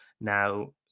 Now